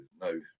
no